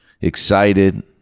Excited